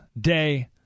day